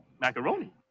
macaroni